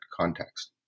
context